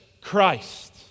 Christ